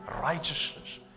righteousness